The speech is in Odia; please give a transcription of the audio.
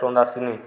ଏପର୍ଯନ୍ତ ଆସିନି